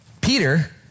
Peter